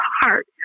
heart